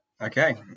okay